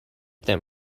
them